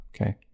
okay